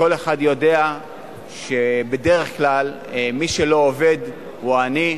כל אחד יודע שבדרך כלל מי שלא עובד הוא עני.